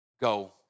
Go